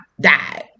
died